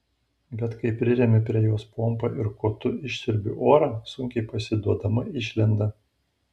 bet kai priremiu prie jos pompą ir kotu išsiurbiu orą sunkiai pasiduodama išlenda